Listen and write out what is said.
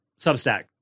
substack